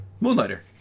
Moonlighter